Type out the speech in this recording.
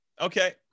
Okay